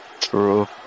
True